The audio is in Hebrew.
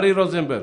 ברי רוזנברג,